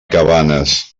cabanes